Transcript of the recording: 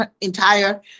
entire